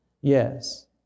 Yes